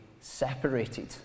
separated